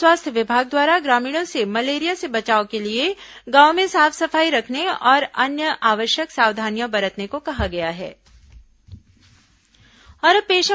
स्वास्थ्य विभाग द्वारा ग्रामीणों से मलेरिया से बचाव के लिए गांव में साफ सफाई रखने और अन्य आवश्यक सावधानियां बरतने को कहा गया है